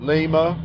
Lima